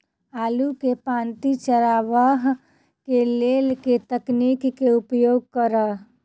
आलु केँ पांति चरावह केँ लेल केँ तकनीक केँ उपयोग करऽ?